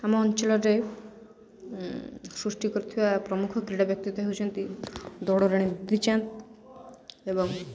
ଆମ ଅଞ୍ଚଳରେ ସୃଷ୍ଟି କରୁଥିବା ପ୍ରମୁଖ କ୍ରୀଡ଼ା ବ୍ୟକ୍ତିତ୍ୱ ହେଉଛନ୍ତି ଦୌଡ଼ ରାଣୀ ଦୂତୀ ଚାନ୍ଦ ଏବଂ